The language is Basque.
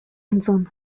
entzun